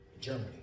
Germany